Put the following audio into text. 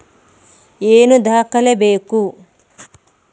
ಏನು ದಾಖಲೆ ಬೇಕು?